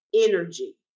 energy